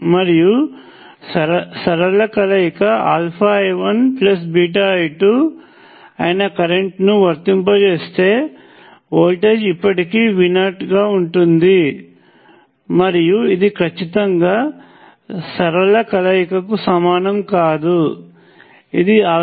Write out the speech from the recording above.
మరియు సరళ కలయిక I1I2 అయిన కరెంట్ ను వర్తింపజేస్తే వోల్టేజ్ ఇప్పటికీ V0 ఉంటుంది మరియు ఇది ఖచ్చితంగా సరళ కలయికకు సమానం కాదు ఇది V0V0